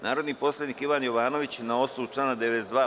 Narodni poslanik Ivan Jovanović, na osnovu člana 92.